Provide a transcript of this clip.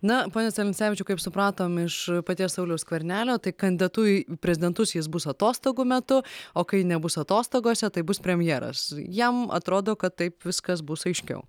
na pone celencevičiau kaip supratom iš paties sauliaus skvernelio tai kandidatu į prezidentus jis bus atostogų metu o kai nebus atostogose tai bus premjeras jam atrodo kad taip viskas bus aiškiau